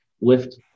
lift